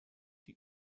die